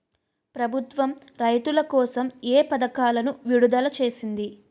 ప్రభుత్వం రైతుల కోసం ఏ పథకాలను విడుదల చేసింది?